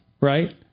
Right